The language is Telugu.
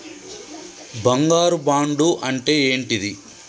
బంగారు బాండు అంటే ఏంటిది?